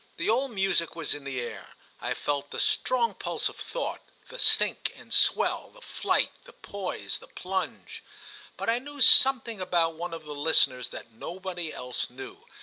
the old music was in the air i felt the strong pulse of thought, the sink and swell, the flight, the poise, the plunge but i knew something about one of the listeners that nobody else knew,